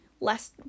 less